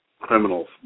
criminals